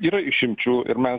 yra išimčių ir mes